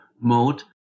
mode